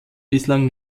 bislang